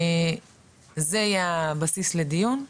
זה יהיה הבסיס לדיון,